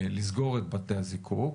לסגור את בתי הזיקוק.